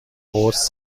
پست